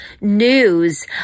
news